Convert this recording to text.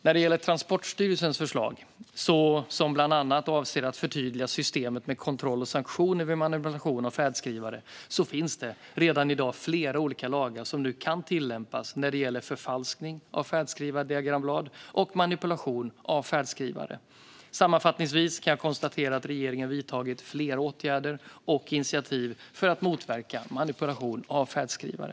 När det gäller Transportstyrelsens förslag, som bland annat avser att förtydliga systemet med kontroll och sanktioner vid manipulation av färdskrivare, finns det redan i dag flera olika lagar som kan tillämpas när det gäller förfalskning av färdskrivardiagramblad och manipulation av färdskrivare. Sammanfattningsvis kan jag konstatera att regeringen vidtagit flera åtgärder och initiativ för att motverka manipulation av färdskrivare.